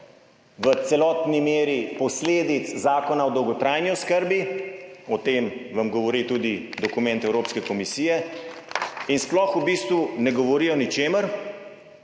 v polni meri posledic Zakona o dolgotrajni oskrbi – o tem vam govori tudi dokument Evropske komisije – in v bistvu sploh ne govori o ničemer,